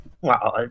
Wow